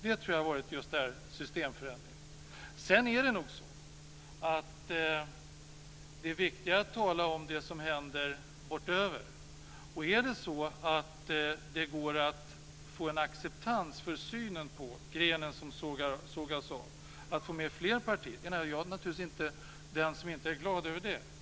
Det tror jag har varit just denna systemförändring. Sedan är det nog så att det är viktigare att tala om det som händer bortöver. Och om det går att få en acceptans för synen på grenen som sågas av och att få med fler partier så är jag naturligtvis inte den som inte är glad över det.